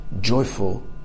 joyful